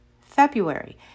February